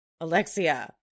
Alexia